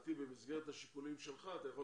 לדעתי במסגרת השיקולים שלך אתה יכול